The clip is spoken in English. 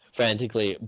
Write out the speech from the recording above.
frantically